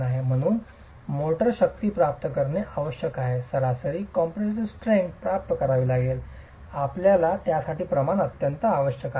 आणि म्हणूनच मोर्टार शक्ती प्राप्त करणे आवश्यक आहे सरासरी कॉम्प्रेसीव स्ट्रेंग्थ प्राप्त करावी लागेल आपल्याला त्यासाठी प्रमाण आवश्यक आहे